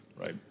right